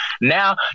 now